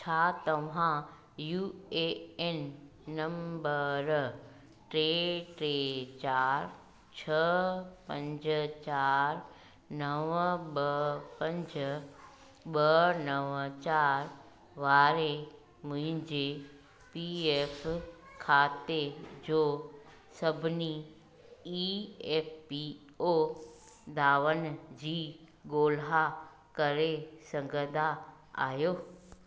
छा तव्हां U A N number टे टे चारि छह पंज चारि नव ॿ पंज ॿ नव चारि वारे मुंहिंजे पी एफ खाते जो सभिनी ई एफ पी ओ दावन जी ॻोल्हा करे सघंदा आहियो